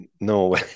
No